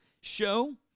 show